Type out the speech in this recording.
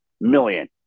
million